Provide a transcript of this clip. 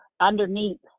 underneath